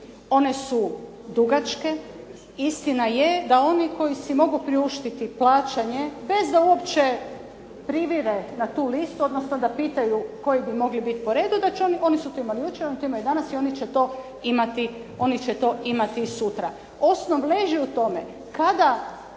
One su dugačke, istina je da oni koji su mogu priuštiti plaćanje bez da uopće privire na tu listu, odnosno da pitaju koji bi mogli biti po redu da će oni, oni su to imali jučer, oni to imaju danas i oni će to imati sutra. Osnov leži u tome kada